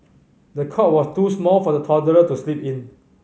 the cot was too small for the toddler to sleep in